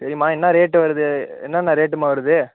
சரிம்மா என்ன ரேட்டு வருது என்னன்ன ரேட்டும்மா வருது